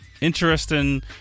interesting